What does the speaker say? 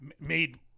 made